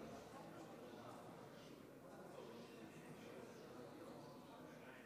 אין נמנעים.